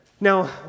Now